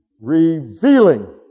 Revealing